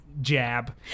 jab